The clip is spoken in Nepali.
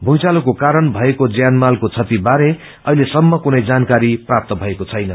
भूइचालोको कारण भएको ज्यान मालको क्षति बारे अहिले सम्म कुनै जानकारी प्राप्त भएको छैन